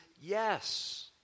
yes